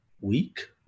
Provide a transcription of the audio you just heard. week